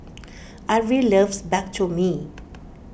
Arvil loves Bak Chor Mee